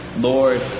Lord